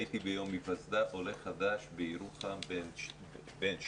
הייתי ביום היוסדה עולה חדש בירוחם בן שבע.